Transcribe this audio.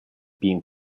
being